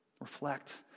reflect